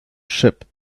ship